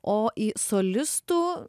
o į solistų